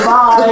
Bye